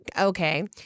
okay